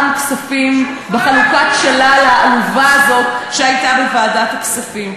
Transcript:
כספים בחלוקת השלל העלובה הזאת שהייתה בוועדת הכספים.